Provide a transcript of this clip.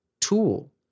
tool